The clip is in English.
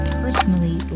personally